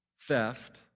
theft